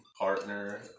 partner